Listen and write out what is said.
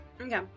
Okay